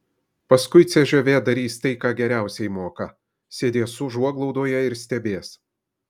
paskui cžv darys tai ką geriausiai moka sėdės užuoglaudoje ir stebės